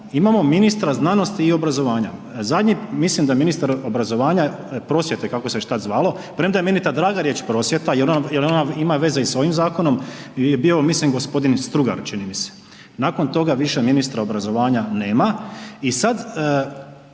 imamo ministra znanosti i obrazovanja. Zadnji mislim da ministar obrazovanja, prosvjete kako se već tada zvalo, premda je meni ta draga riječ prosvjeta jel ona ima veze i s ovim zakonom, je bio mislim gospodin Strugar, čini mi se, nakon toga više ministra obrazovanja nema i sad,